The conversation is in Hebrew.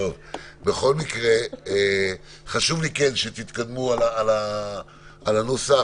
חשוב לי שתתקדמו בנוסח.